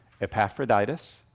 Epaphroditus